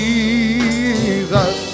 Jesus